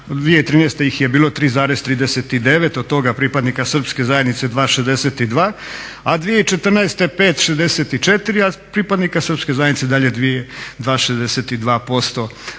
2013. ih je bilo 3,39 od toga pripadnika Srpske zajednice 2,62, a 2014. 5,64 a pripadnika Srpske zajednice i